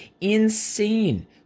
insane